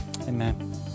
Amen